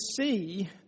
see